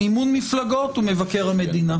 מימון מפלגות ומבקר המדינה".